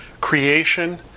creation